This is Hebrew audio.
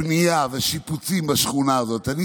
בנייה ושיפוצים בשכונה הזאת: אני,